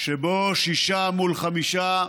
שבו שישה מול חמישה,